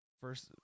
First